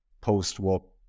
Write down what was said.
post-war